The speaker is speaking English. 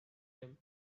him